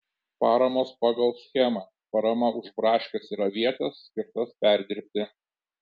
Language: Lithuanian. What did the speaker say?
paramos pagal schemą parama už braškes ir avietes skirtas perdirbti